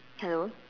hello